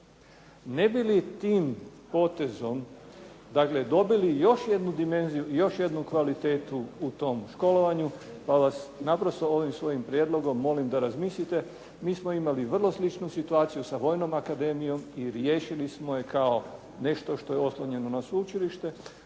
Ne bi li tim potezom dobili još jednu dimenziju još jednu kvalitetu u tom školovanju pa vas naprosto ovim svojim prijedlogom molim da razmislite. MI smo imali vrlo sličnu situaciju sa Vojnom akademijom i riješili smo je kao nešto što je oslonjeno na Sveučilište,